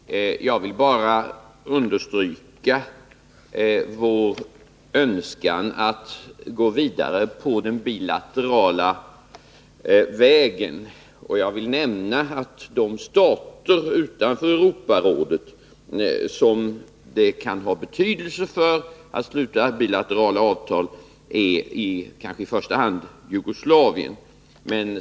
Fru talman! Jag vill bara understryka vår önskan att gå vidare på den bilaterala vägen. Jag vill nämna att den stat utanför Europarådet som det i första hand kan ha betydelse att sluta bilateralt avtal med är Jugoslavien.